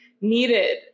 needed